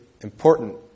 important